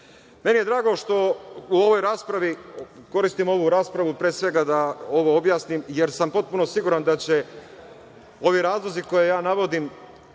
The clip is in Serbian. za sudsku granu vlasti. Koristim ovu raspravu, pre svega, da ovo objasnim, jer sam potpuno siguran da će ovi razlozi koje ja navodim